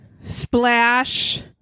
splash